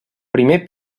primer